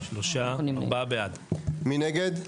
מי נגד?